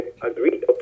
agreed